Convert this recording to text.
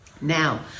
Now